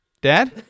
dad